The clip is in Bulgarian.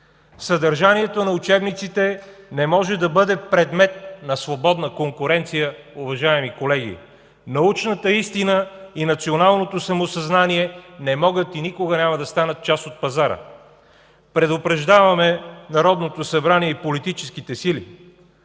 Съдържанието на учебниците не може да бъде предмет на свободна конкуренция, уважаеми колеги. Научната истина и националното самосъзнание не могат и никога няма да станат част от пазара. Предупреждаваме Народното събрание и политическите сили,